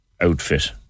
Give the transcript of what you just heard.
outfit